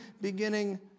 beginning